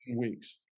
weeks